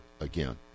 again